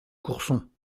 courson